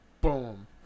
Boom